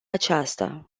aceasta